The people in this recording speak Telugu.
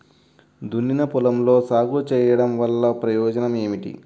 దున్నిన పొలంలో సాగు చేయడం వల్ల ప్రయోజనం ఏమిటి?